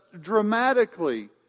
dramatically